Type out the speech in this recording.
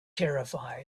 terrified